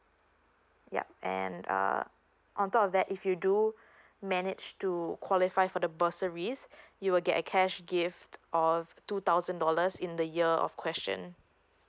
yup and err on top of that if you do manage to qualify for the bursaries you will a get cash gift of two thousand dollars in the year of question